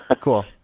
Cool